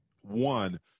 one